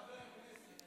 חבר הכנסת,